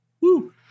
woo